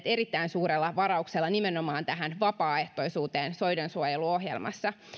erittäin suurella varauksella nimenomaan tähän vapaaehtoisuuteen soidensuojeluohjelmassa